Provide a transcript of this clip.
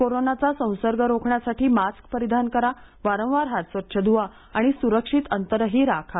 कोरोनाचा संसर्ग रोखण्यासाठी मास्क परिधान करा वारंवार हात स्वच्छ ध्वा आणि सुरक्षित अंतरही राखा